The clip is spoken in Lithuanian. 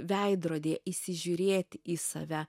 veidrodyje įsižiūrėti į save